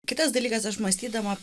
kitas dalykas aš mąstydama